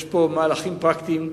יש פה מהלכים פרקטיים.